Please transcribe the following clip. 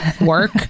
Work